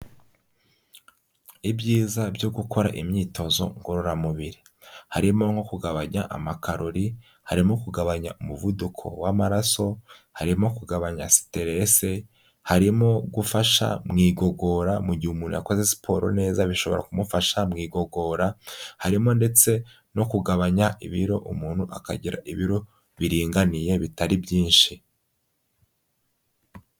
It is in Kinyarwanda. Ibyiza byo gukora imyitozo ngororamubiri harimo nko kugabanya amakarori, harimo kugabanya umuvuduko w'amaraso, harimo kugabanya stresse, harimo gufasha mu igogora mu gihe umuntu yakoze siporo neza bishobora kumufasha mu igogora. Harimo ndetse no kugabanya ibiro umuntu akagira ibiro biringaniye bitari byinshi.